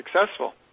successful